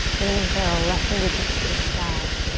inhale, left fingertips to the sky.